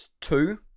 two